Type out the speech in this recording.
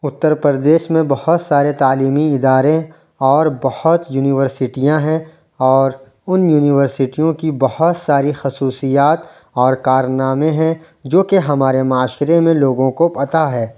اتر پردیش میں بہت سارے تعلیمی ادارے اور بہت یونیورسٹیاں ہیں اور ان یونیورسٹیوں کی بہت ساری خصوصیات اور کارنامے ہیں جوکہ ہمارے معاشرے میں لوگوں کو پتا ہے